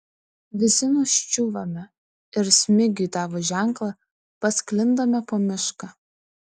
visi nuščiūvame ir smigiui davus ženklą pasklindame po mišką